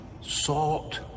salt